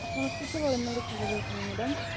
ଆପଣ କେତେବେଳେ ମେଡ଼ିକାଲ୍ରେ ରହୁଛନ୍ତି ମ୍ୟାଡ଼ାମ୍